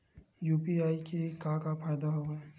UPI के का फ़ायदा हवय?